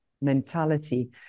mentality